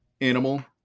animal